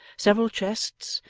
several chests,